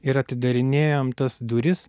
ir atidarinėjom tas duris